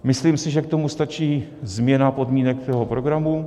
Myslím si, že k tomu stačí změna podmínek toho programu.